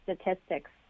statistics